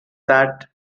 that